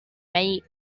mate